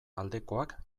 aldekoak